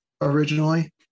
originally